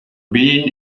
bean